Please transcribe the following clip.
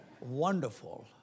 Wonderful